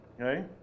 Okay